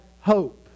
hope